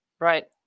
Right